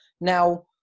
Now